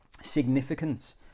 significance